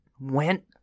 went